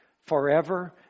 forever